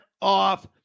off